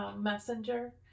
messenger